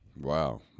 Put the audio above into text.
Wow